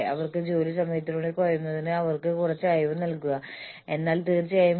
ഈ പ്രഭാഷണത്തെ സംബന്ധിച്ചിടത്തോളം ഞാൻ ഇവിടെ നിർത്തുന്നു കുറച്ച് സ്ലൈഡുകൾ ഉണ്ട്